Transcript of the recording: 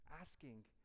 asking